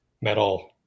metal